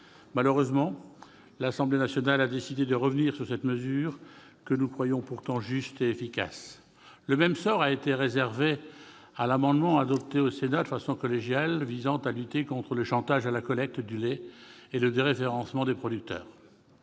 Malheureusement, l'Assemblée nationale a décidé de revenir sur une mesure que nous croyons pourtant juste et efficace. Le même sort a été réservé à l'amendement, adopté au Sénat de façon consensuelle, visant à lutter contre le « chantage à la collecte » du lait et le déréférencement des producteurs.